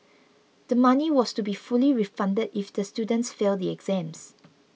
the money was to be fully refunded if the students fail the exams